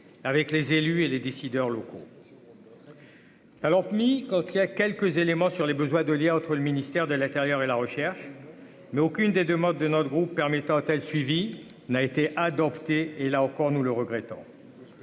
avec les élus et les décideurs locaux. Alors mis quand il y a quelques éléments sur les besoins de lien entre le ministère de l'Intérieur et la recherche, mais aucune des 2 modes de notre groupe permettant tel suivie n'a été adoptée et là encore nous le regrettons,